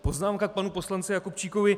Poznámka k panu poslanci Jakubčíkovi.